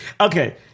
okay